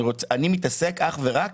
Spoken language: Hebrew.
אני מתעסק אך ורק